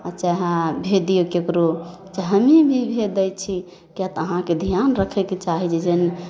आओर चाहे अहाँ भेज दिऔ ककरो चाहे हमही भेजि दै छी किएक तऽ अहाँके धिआन रखैके चाही जे जहन